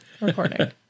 recording